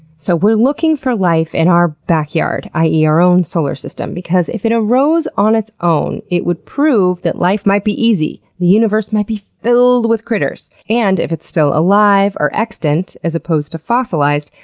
so, we're looking for life in our backyard, i e. our own solar system, because if it arose on its own it would prove that life might be easy, and the universe might be filled with critters. and if it's still alive, or extant, as opposed to fossilized,